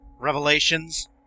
Revelations